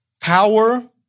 power